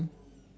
mm